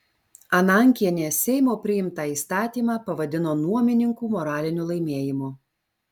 anankienė seimo priimtą įstatymą pavadino nuomininkų moraliniu laimėjimu